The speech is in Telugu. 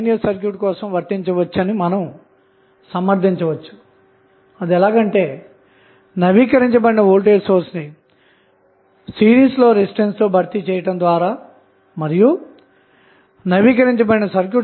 లూప్ సమీకరణాన్ని వ్రాసిvయొక్కవిలువనురాబట్టి సరళీకృతం చేయడం ద్వారా Vth విలువ 7 V లభిస్తుంది